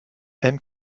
aime